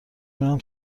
میرم